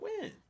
win